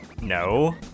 No